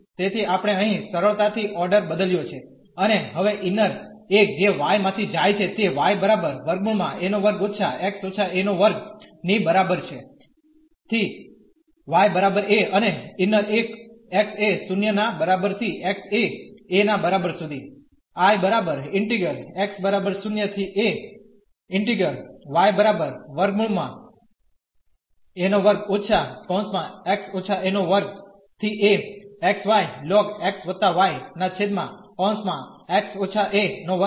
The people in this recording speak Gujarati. તેથી આપણે અહીં સરળતાથી ઓર્ડર બદલ્યો છે અને હવે ઇન્નર એક જે y માંથી જાય છે તે ની બરાબર છે થી y બરાબર a અને ઇન્નર એક x એ 0 ના બરાબર થી x એ a ના બરાબર સુધી